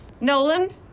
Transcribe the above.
Nolan